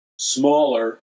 smaller